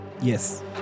Yes